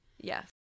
yes